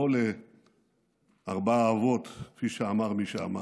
לא לארבעת האבות, כפי שאמר מי שאמר.